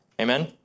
Amen